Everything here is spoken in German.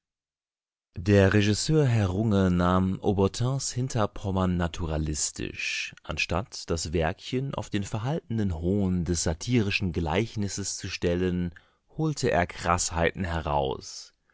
der regisseur herr runge nahm auburtins hinterpommern naturalistisch anstatt das werkchen auf den verhaltenen hohn des satirischen gleichnisses zu stellen holte er kraßheiten heraus